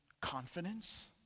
confidence